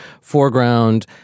foreground